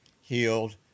healed